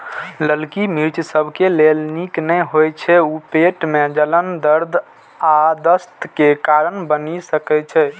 ललकी मिर्च सबके लेल नीक नै होइ छै, ऊ पेट मे जलन, दर्द आ दस्त के कारण बनि सकै छै